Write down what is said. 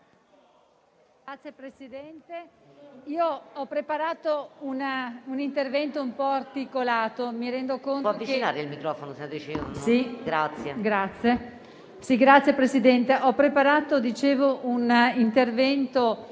Signor Presidente, io ho preparato un intervento un po' articolato.